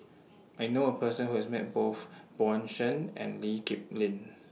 I knew A Person Who has Met Both Bjorn Shen and Lee Kip Lin